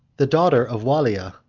the daughter of wallia,